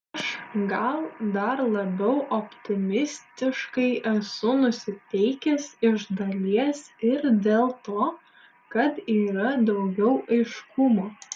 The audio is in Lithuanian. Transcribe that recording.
aš gal dar labiau optimistiškai esu nusiteikęs iš dalies ir dėl to kad yra daugiau aiškumo